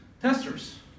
testers